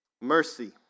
Mercy